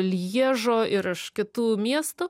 lježo ir iš kitų miestų